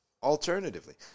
Alternatively